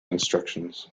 instructions